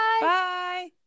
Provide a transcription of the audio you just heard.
Bye